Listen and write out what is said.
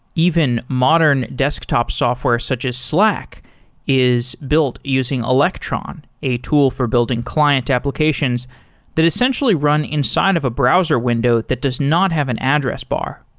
even modern desktop softwares such as slack is built using electron, a tool for building client applications that essentially run inside of a browser window that does not have an address bar.